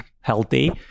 healthy